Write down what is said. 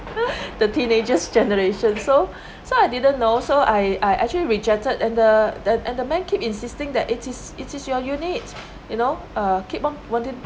the teenagers generation so so I didn't know so I I actually rejected and the and the man keep insisting that it is it is your unit you know uh keep on wanting